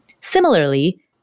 Similarly